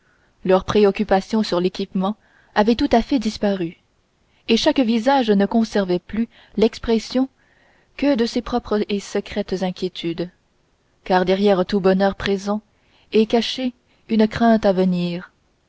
leurs préoccupations sur l'équipement avaient tout à fait disparu et chaque visage ne conservait plus l'expression que de ses propres et secrètes inquiétudes car derrière tout bonheur présent est cachée une crainte à venir